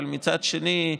מצד שני,